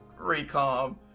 Recom